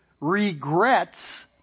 regrets